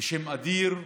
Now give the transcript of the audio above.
בשם אדיר גאנם,